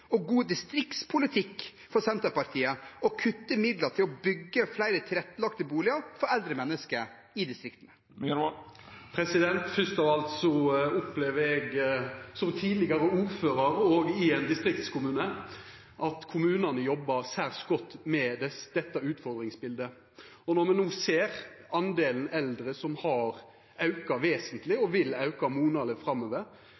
og god distriktspolitikk for Senterpartiet å kutte midler til å bygge flere tilrettelagte boliger for eldre mennesker i distriktene. Fyrst av alt opplever eg som tidlegare ordførar i ein distriktskommune at kommunane jobbar særs godt med dette utfordringsbildet. Når me no ser andelen eldre som har auka vesentleg og vil auka monaleg framover,